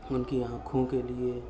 ان کی آنکھوں کے لیے